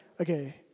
okay